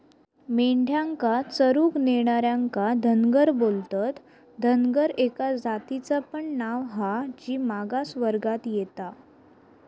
मेंढ्यांका चरूक नेणार्यांका धनगर बोलतत, धनगर एका जातीचा पण नाव हा जी मागास वर्गात येता